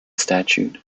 statute